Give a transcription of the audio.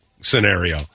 scenario